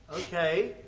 ok,